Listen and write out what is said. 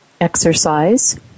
exercise